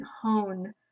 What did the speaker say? hone